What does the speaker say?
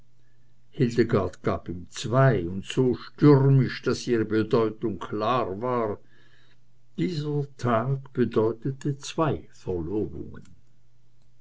hildegard gab ihm zwei und so stürmisch daß ihre bedeutung klar war dieser tag bedeutete zwei verlobungen